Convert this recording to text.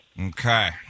Okay